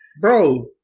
bro